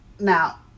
Now